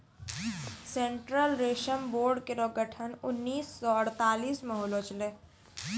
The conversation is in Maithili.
सेंट्रल रेशम बोर्ड केरो गठन उन्नीस सौ अड़तालीस म होलो छलै